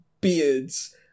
beards